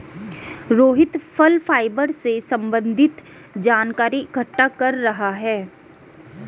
रोहित फल फाइबर से संबन्धित जानकारी इकट्ठा कर रहा है